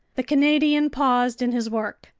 the canadian paused in his work.